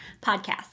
podcast